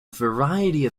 variety